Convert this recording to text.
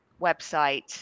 website